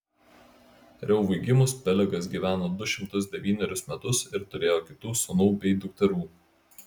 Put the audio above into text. reuvui gimus pelegas gyveno du šimtus devynerius metus ir turėjo kitų sūnų bei dukterų